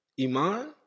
Iman